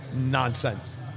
Nonsense